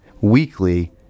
weekly